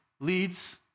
leads